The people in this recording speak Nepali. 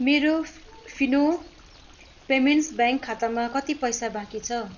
मेरो फिनो पेमेन्ट्स ब्याङ्क खातामा कति पैसा बाँकी छ